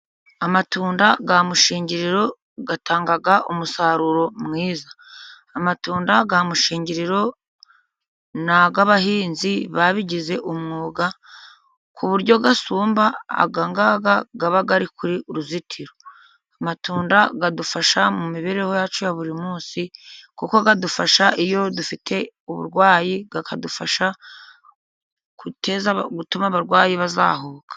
Amatunda ya mushingiriro atanga umusaruro mwiza. Amatunda ya mushingiririro ni ay'abahinzi babigize umwuga ku buryo gasumba ayangaya aba ari ku ruzitiro. Amatunda adufasha mu mibereho yacu ya buri munsi kuko adufasha iyo dufite uburwayi, akadufasha gutuma abarwayi bazahuka.